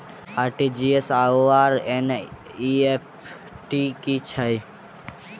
RTGS आओर NEFT की छैक?